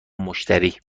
مشتری